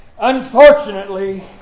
unfortunately